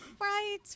right